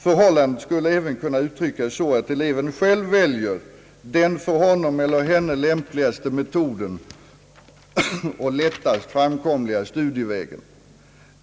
Förhållandet skulle även kunna uttryckas så att eleven själv väljer den för honom eller henne lämpligaste metoden och lättast framkomliga studievägen.